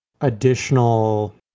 additional